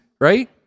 right